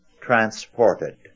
transported